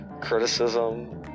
criticism